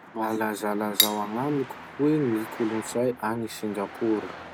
Mba lazalazao agnamiko hoe ny kolotsay agny Singapour?